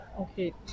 Okay